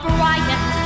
Brian